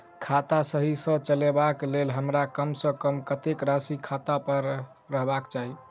खाता सही सँ चलेबाक लेल हमरा कम सँ कम कतेक राशि खाता पर रखबाक चाहि?